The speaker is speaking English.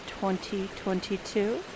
2022